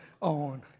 on